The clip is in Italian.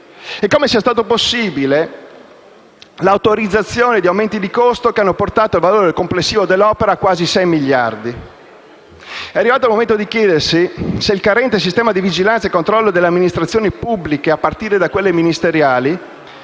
e come sia stato possibile autorizzare aumenti di costo che hanno portato il valore complessivo dell'opera a quasi 6 miliardi di euro. È arrivato il momento di chiedersi se il carente sistema di vigilanza e controllo delle amministrazioni pubbliche, a partire da quelle ministeriali,